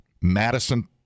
Madison